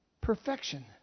perfection